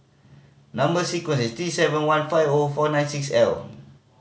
number sequence is T seven one five O four nine six L